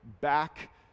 back